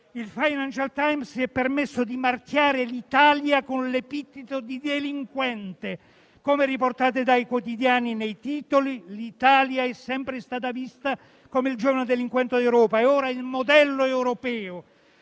il «Financial Times» si è permesso di marchiare l'Italia con l'epiteto di delinquente. Come riportato dal quotidiano nei titoli, l'Italia, che è sempre stata vista come il giovane delinquente d'Europa, è ora diventato il modello europeo,